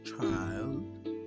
child